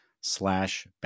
slash